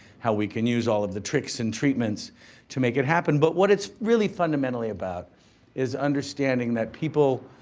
how we can use all of the tricks and treatments to make it happen. but what it's really fundamentally about is understanding that people,